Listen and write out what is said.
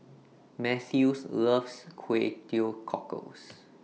Mathews loves Kway Teow Cockles